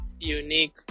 Unique